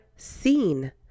seen